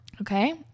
okay